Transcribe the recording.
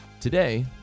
Today